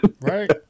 Right